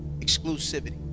exclusivity